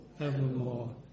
evermore